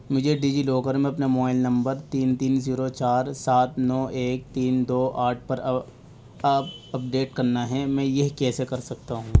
مجھے DigiLocker میں اپنا موائل نمبر تین تین زیرو چار سات نو ایک تین دو آٹھ پر اپڈیٹ کرنا ہیں میں یہ کیسے کر سکتا ہوں